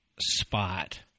spot